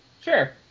Sure